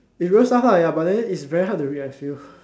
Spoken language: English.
is real stuff lah ya but then it's very hard to read I feel